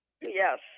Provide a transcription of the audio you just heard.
Yes